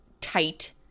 tight